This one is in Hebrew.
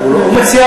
המציע